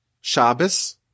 Shabbos